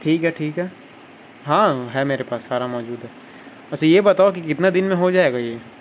ٹھیک ہے ٹھیک ہے ہاں ہے میرے پاس سارا موجود ہے اچھا یہ بتاؤ کہ کتنا دن میں ہو جائے گا یہ